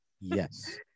Yes